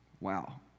Wow